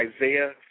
Isaiah